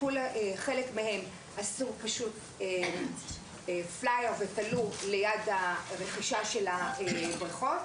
חלק מהן עשו פלאייר ותלו אותו ליד המקום בו הם מציגים את הבריכות,